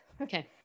Okay